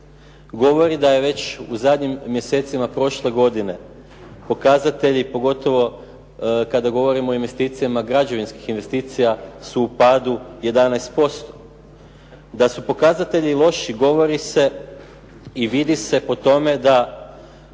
govori da je već u zadnjim mjesecima prošle godine pokazatelji pogotovo kada govorimo o investicijama, građevinskih investicija su u padu 11%. Da su pokazatelji loši govori se i vidi se po tome da